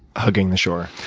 hugging the shore.